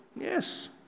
yes